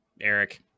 Eric